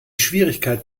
schwierigkeit